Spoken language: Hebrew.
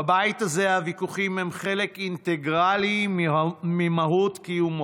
בבית הזה הוויכוחים הם חלק אינטגרלי ממהות קיומו.